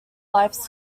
lifes